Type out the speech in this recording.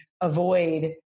avoid